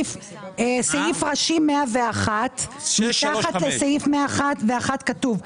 סעיף ראשי 101, מתחת לסעיף 101 כתוב: